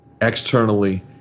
Externally